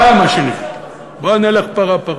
בוא נלך פרה-פרה.